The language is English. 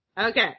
Okay